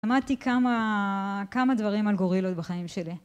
למדתי כמה דברים על גורילות בחיים שלי.